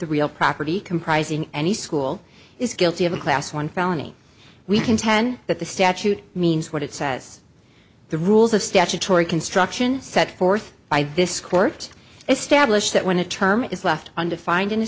the real property comprising any school is guilty of a class one felony we contend that the statute means what it says the rules of statutory construction set forth by this court established that when a term is left undefined in